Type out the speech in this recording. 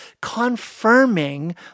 confirming